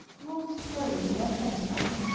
walked slowly to her tent, and,